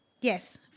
yes